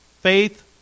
faith